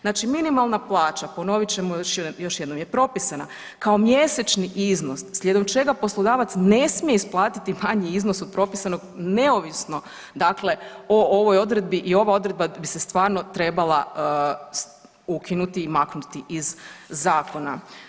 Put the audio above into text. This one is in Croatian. Znači minimalna plaća, ponovit ćemo još jednom, je propisana kao mjesečni iznos, slijedom čega poslodavac ne smije isplatiti manji iznos od propisanog neovisno dakle o ovoj odredbi i ova odredba bi se stvarno trebala ukinuti i maknuti iz zakona.